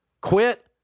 Quit